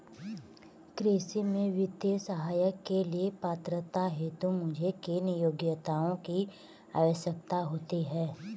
कृषि में वित्तीय सहायता के लिए पात्रता हेतु मुझे किन योग्यताओं की आवश्यकता है?